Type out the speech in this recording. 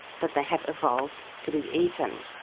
but they have evolved to be eaten.